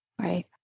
Right